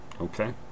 Okay